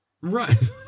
Right